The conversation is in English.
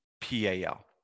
PAL